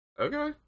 Okay